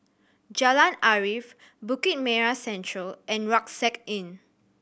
Jalan Arif Bukit Merah Central and Rucksack Inn